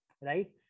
right